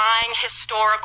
historical